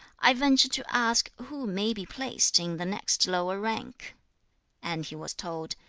i venture to ask who may be placed in the next lower rank and he was told,